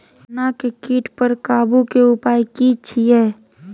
गन्ना के कीट पर काबू के उपाय की छिये?